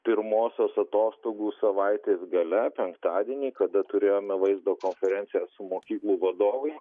pirmosios atostogų savaitės gale penktadienį kada turėjome vaizdo konferenciją su mokyklų vadovu